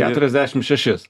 keturiasdešim šešis